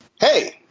Hey